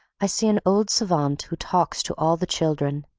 i see an old savant who talks to all the children.